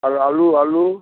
আর আলু আলু